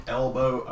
elbow